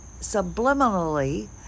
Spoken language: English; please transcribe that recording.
subliminally